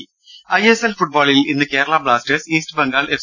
ടെട്ട I S L ഫുട്ബോളിൽ ഇന്ന് Kerala Blasters East Bengal F